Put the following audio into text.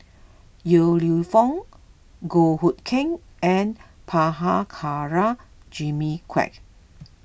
Yong Lew Foong Goh Hood Keng and Prabhakara Jimmy Quek